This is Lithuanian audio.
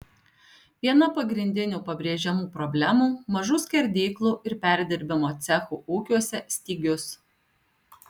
viena pagrindinių pabrėžiamų problemų mažų skerdyklų ir perdirbimo cechų ūkiuose stygius